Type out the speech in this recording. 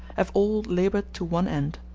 have all labored to one end,